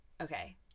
Okay